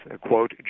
quote